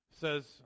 says